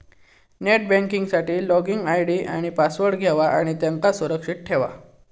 net banking साठी login ID आणि password घेवा आणि त्यांका सुरक्षित ठेवा